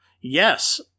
Yes